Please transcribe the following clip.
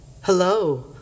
Hello